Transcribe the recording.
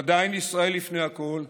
אם עדיין ישראל לפני הכול,